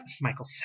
Michael